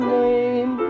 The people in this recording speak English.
name